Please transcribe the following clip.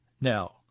now